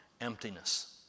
emptiness